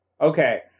Okay